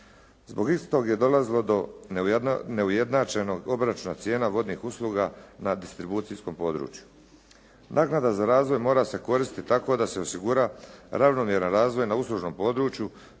Zbog istog je dolazilo do neujednačenog obračuna cijena vodnih usluga na distribucijskom području. Naknada za razvoj mora se koristiti tako da se osigura ravnomjeran razvoj na uslužnom području